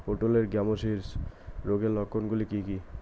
পটলের গ্যামোসিস রোগের লক্ষণগুলি কী কী?